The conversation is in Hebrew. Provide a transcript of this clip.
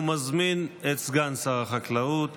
ומזמין את סגן שר החקלאות